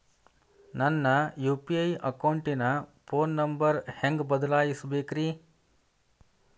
ನನ್ನ ಯು.ಪಿ.ಐ ಅಕೌಂಟಿನ phone number ಹೆಂಗ್ ಬದಲಾಯಿಸ ಬೇಕ್ರಿ?